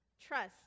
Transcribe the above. trust